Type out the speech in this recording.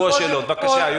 בבקשה.